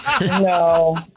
No